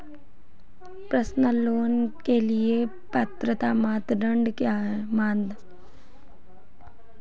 Personal loan के लिए पात्रता मानदंड क्या हैं?